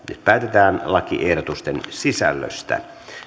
päätetään lakiehdotusten sisällöstä